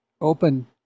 open